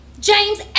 James